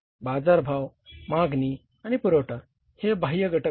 बाजारभाव मागणी आणि पुरवठा हे बाह्य घटक आहेत